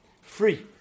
Free